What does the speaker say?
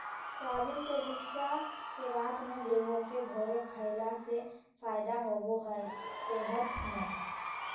soybean के बिच्चा के रात में भिगाके भोरे खईला से फायदा होबा हइ सेहत में